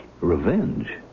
Revenge